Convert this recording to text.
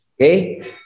Okay